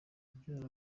abyara